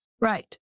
right